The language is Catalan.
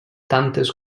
tantes